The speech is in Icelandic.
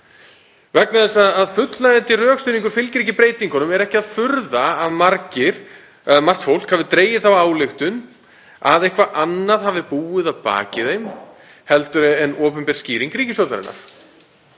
Vegna þess að fullnægjandi rökstuðningur fylgir ekki breytingunum er ekki að furða að margt fólk hafi dregið þá ályktun að eitthvað annað hafi búið að baki þeim en opinber skýring ríkisstjórnarinnar,